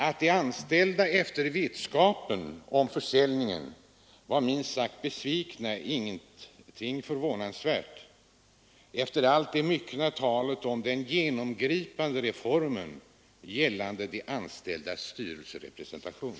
Att de anställda när de fick vetskap om försäljningen var minst sagt besvikna är ingenting förvånansvärt, efter allt det myckna talet om den genomgripande reformen gällande de anställdas styrelserepresentation.